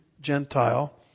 Gentile